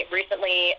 recently